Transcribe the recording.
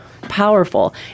Powerful